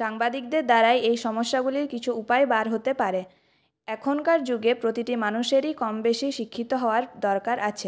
সাংবাদিকদের দ্বারাই এই সমস্যাগুলির কিছু উপায় বার হতে পারে এখনকার যুগে প্রতিটি মানুষেরই কম বেশি শিক্ষিত হওয়ার দরকার আছে